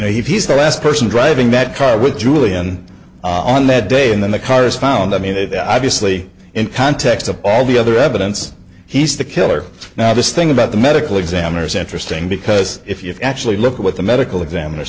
know he's the last person driving that car with julian on that day and then the car is found i mean that obviously in context of all the other evidence he's the killer now this thing about the medical examiners interesting because if you actually look at what the medical examiner